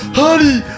honey